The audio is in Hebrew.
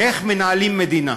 איך מנהלים מדינה,